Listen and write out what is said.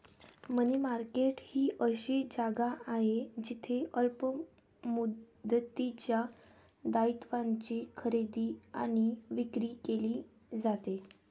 मनी market ही अशी जागा आहे जिथे अल्प मुदतीच्या दायित्वांची खरेदी आणि विक्री केली जाते